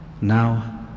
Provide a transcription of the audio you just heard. now